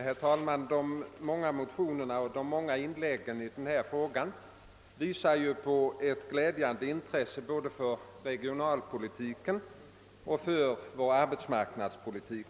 Herr talman! De många motionerna och de många inläggen i denna fråga tyder på ett glädjande intresse både för regionalpolitiken och för vår arbetsmarknadspolitik.